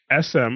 SM